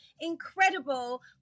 incredible